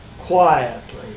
quietly